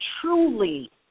truly